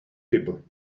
people